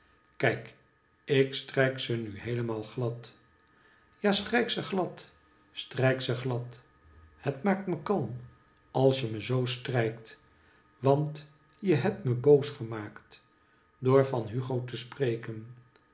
kijk ik strijk ze nu heelemaal glad ja strijk ze glad strijk ze glad het maakt me kalm alsje me zoo strijkt want je hebt me boos gemaakt door van hugo te spreken